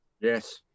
Yes